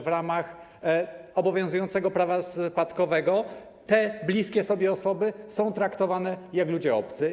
W ramach obowiązującego prawa spadkowego te bliskie sobie osoby są traktowane jak ludzie sobie obcy.